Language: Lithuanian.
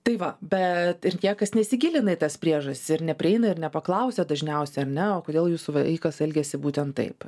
tai va bet ir niekas nesigilina į tas priežastis ir neprieina ir nepaklausia dažniausiai ar ne o kodėl jūsų vaikas elgiasi būtent taip